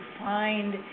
find